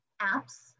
apps